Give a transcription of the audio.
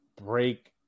break